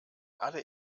alle